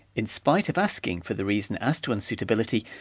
in spite of asking for the reason as to unsuitability,